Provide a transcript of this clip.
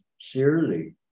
sincerely